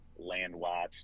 LandWatch